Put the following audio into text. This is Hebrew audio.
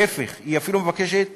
להפך, היא אפילו מבקשת